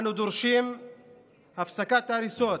אנו דורשים הפסקת הריסות,